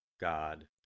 God